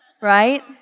Right